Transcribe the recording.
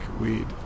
weed